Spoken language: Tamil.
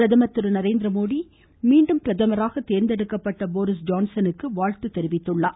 பிரதமர் திரு நரேந்திரமோடி மீண்டும் பிரதமராக தேர்ந்தெடுக்கப்பட்ட போரிஸ் ஜான்சனுக்கு வாழ்த்து தெரிவித்திருக்கிறார்